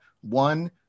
one